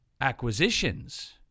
Acquisitions